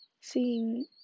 seeing